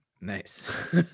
nice